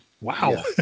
wow